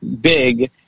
big